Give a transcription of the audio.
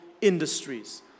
industries